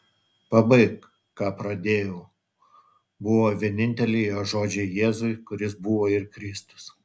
pabaik ką pradėjau buvo vieninteliai jo žodžiai jėzui kuris buvo ir kristus